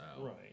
Right